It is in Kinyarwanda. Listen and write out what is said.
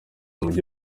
mujyi